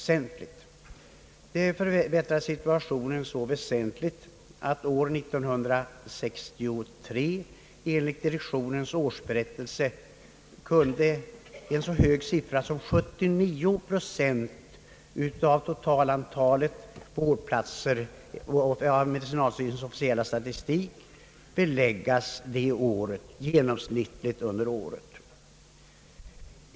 Det t.o.m. förbättrade situationen så väsentligt att år 1963 enligt direktionens årsberättelee en så hög siffra som 79 procent av totalantalet vårdplatser enligt medicinalstyrelsens officiella statistik kunde beläggas, räknat genomsnittligt under året.